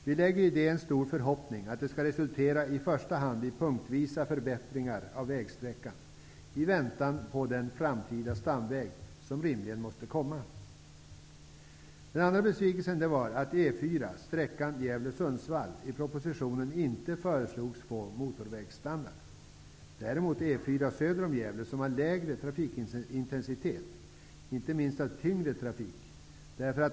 Vi hyser en stor förhoppning om att det skall resultera i första hand i punktvisa förbättringar av vägsträckan, i väntan på en framtida stamväg som rimligen måste komma. Sundsvall, i propositionen inte föreslogs få motorvägsstandard. Däremot föreslås detta för E 4 söder om Gävle, som har lägre trafikintensitet inte minst i fråga om tyngre trafik.